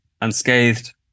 unscathed